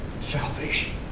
Salvation